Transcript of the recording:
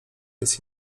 jest